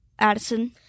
addison